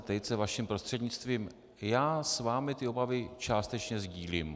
Tejce vaším prostřednictvím já s vámi ty obavy částečně sdílím.